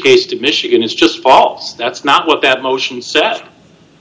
case to michigan is just false that's not what that motion sat